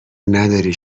نداری